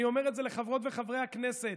אני אומר את זה לחברות ולחברי הכנסת.